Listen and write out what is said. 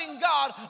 God